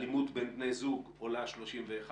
אלימות בין בני זוג עולה ב-31